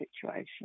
situation